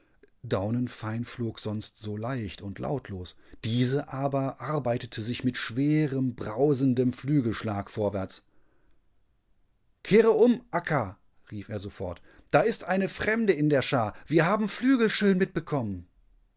war daunenfein flog sonst so leicht und lautlos diese aber arbeitete sich mit schwerem brausendem flügelschlag vorwärts kehre um akka rief er sofort da ist eine fremde in der schar wir haben flügelschön mitbekommen